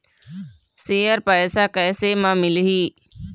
Share पैसा कैसे म मिलही?